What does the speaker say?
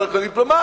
לא דרכון דיפלומטי,